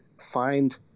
find